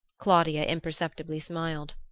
claudia imperceptibly smiled.